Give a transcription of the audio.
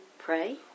pray